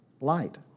light